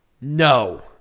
No